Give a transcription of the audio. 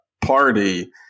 party